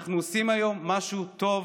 אנחנו עושים היום משהו טוב